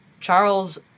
Charles